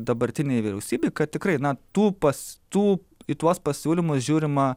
dabartinei vyriausybei kad tikrai na tų pas tų į tuos pasiūlymus žiūrima